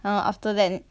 ah after that